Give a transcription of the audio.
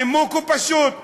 הנימוק הוא פשוט: